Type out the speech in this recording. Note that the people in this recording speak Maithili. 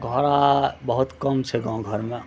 घोड़ा बहुत कम छै गाँव घरमे